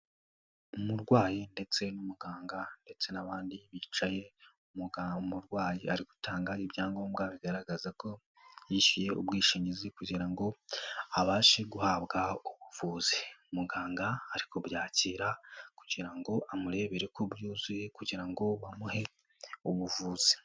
Umurwayi ndetse n'umuganga ndetse n'abandi bicaye, umurwayi ari gutanga ibyangombwa bigaragaza ko yishyuye ubwishingizi, kugira ngo abashe guhabwa ubuvuzi. Muganga ariko kubyakira kugira ngo amurebere ko byuzuye, kugira ngo bamuhe ubuvuzi.